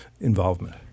involvement